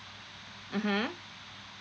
mmhmm